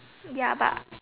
ya but